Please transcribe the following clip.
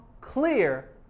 clear